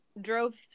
drove